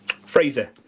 Fraser